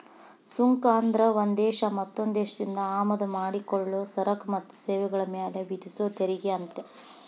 ಸುಂಕ ಅಂದ್ರ ಒಂದ್ ದೇಶ ಮತ್ತೊಂದ್ ದೇಶದಿಂದ ಆಮದ ಮಾಡಿಕೊಳ್ಳೊ ಸರಕ ಮತ್ತ ಸೇವೆಗಳ ಮ್ಯಾಲೆ ವಿಧಿಸೊ ತೆರಿಗೆ ಅಂತ